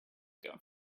ago